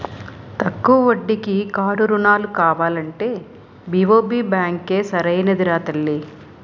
తక్కువ వడ్డీకి కారు రుణాలు కావాలంటే బి.ఓ.బి బాంకే సరైనదిరా తల్లీ